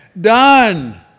done